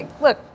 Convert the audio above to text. look